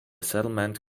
settlement